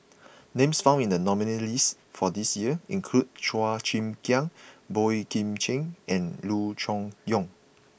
names found in the nominees' list for this year include Chua Chim Kang Boey Kim Cheng and Loo Choon Yong